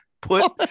Put